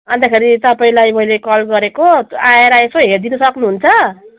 अन्तखेरि तपाईँलाई मैले कल गरेको आएर यसो हेरिदिनु सक्नु हुन्छ